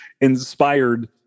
inspired